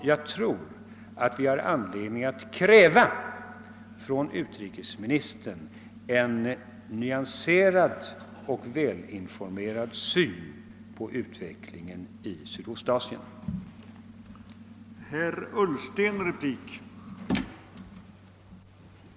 Jag tror, att vi har anledning att kräva av utrikesministern en mer nyanserad och mer välinformerad syn på utvecklingen i Sydostasien än vad som hittills kommit fram.